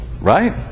right